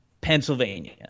pennsylvania